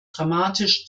dramatisch